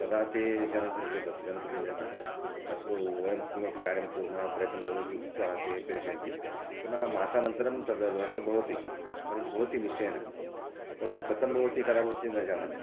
तदा ते जनाः सन्ति जनाः अस्तु किमपि कुर्मः कार्यं कुर्मः इति उक्त्वा ते प्रेषयन्ति पुनः मासानन्तरं तद् व्यवस्था भवति परन्तु भवन्ति निश्चयेन परन्तु कथं भवति कदा भवति न जानामि